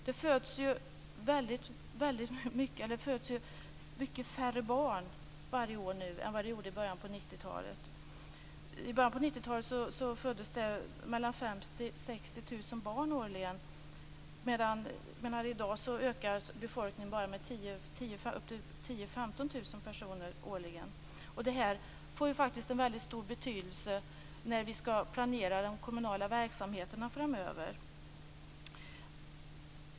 Det föds väldigt mycket färre barn varje år nu än i början på 90-talet. Då ökade befolkningen med mellan 50 000 och 60 000 personer årligen, medan befolkningen i dag ökar bara med 10 000-15 000 personer årligen. Detta får en väldigt stor betydelse när vi skall planera de kommunala verksamheterna framöver.